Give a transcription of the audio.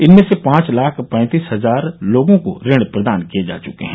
इनमें से पांच लाख पैंतीस हजार लोगों को ऋण प्रदान किए जा चुके हैं